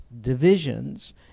divisions